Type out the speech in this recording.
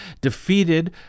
defeated